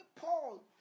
Paul